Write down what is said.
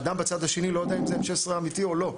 האדם בצד השני לא יודע אם זה M16 אמיתי או לא,